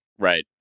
Right